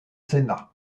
sénat